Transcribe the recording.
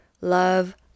love